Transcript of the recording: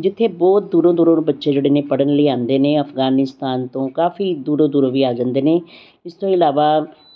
ਜਿੱਥੇ ਬਹੁਤ ਦੂਰੋਂ ਦੂਰੋਂ ਬੱਚੇ ਜਿਹੜੇ ਨੇ ਪੜ੍ਹਨ ਲਈ ਆਉਂਦੇ ਨੇ ਅਫਗਾਨਿਸਤਾਨ ਤੋਂ ਕਾਫੀ ਦੂਰੋਂ ਦੂਰੋਂ ਵੀ ਆ ਜਾਂਦੇ ਨੇ ਇਸ ਤੋਂ ਇਲਾਵਾ